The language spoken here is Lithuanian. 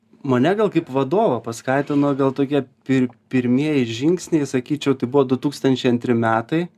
mane gal kaip vadovą paskatino vėl tokie pir pirmieji žingsniai sakyčiau tai buvo du tūkstančiai antri metai